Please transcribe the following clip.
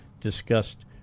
discussed